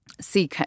see